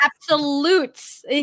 Absolutes